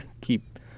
keep